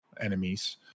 enemies